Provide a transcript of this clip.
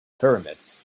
pyramids